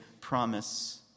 promise